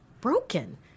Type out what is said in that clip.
broken